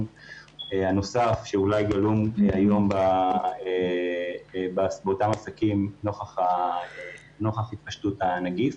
הנוסף שאולי גלום היום באותם עסקים נוכח התפשטות הנגיף.